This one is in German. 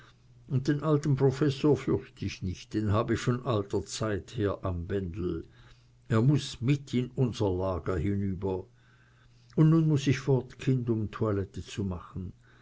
und den alten professor fürcht ich nicht den habe ich von alter zeit her am bändel er muß mit in unser lager hinüber und nun muß ich fort kind um toilette zu machen